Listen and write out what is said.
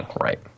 Right